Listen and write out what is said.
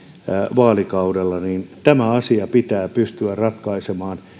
vaalikaudella jolloin tämä asia pitää pystyä ratkaisemaan